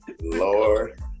Lord